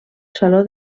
saló